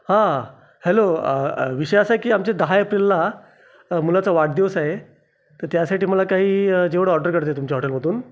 हा हॅलो विषय असा आहे की आमच्या दहा एप्रिलला मुलाचा वाढदिवस आहे तर त्यासाठी मला काही जेवण ऑर्डर करायचं आहे तुमच्या हॉटेलमधून